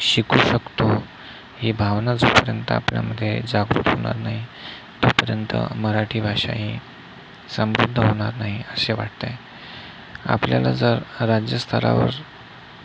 शिकू शकतो ही भावना जोपर्यंत आपल्यामध्ये जागृक होणार नाही तोपर्यंत मराठी भाषा ही समृद्ध होणार नाही असे वाटते आपल्याला जर राज्यस्तरावर